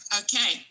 okay